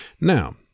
Now